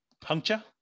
puncture